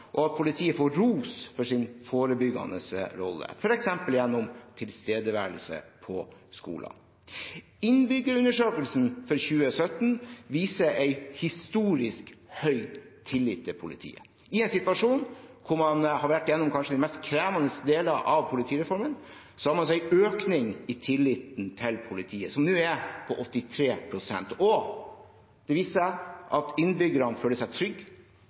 og at politiet får ros for sin forebyggende rolle, f.eks. gjennom tilstedeværelse på skolene. Innbyggerundersøkelsen for 2017 viser en historisk høy tillit til politiet. I en situasjon hvor man har vært gjennom kanskje de mest krevende delene av politireformen, har man altså en økning i tilliten til politiet, som nå er på 83 pst. Det viser seg at innbyggerne føler seg trygge